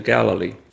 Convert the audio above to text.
Galilee